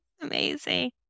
Amazing